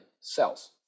cells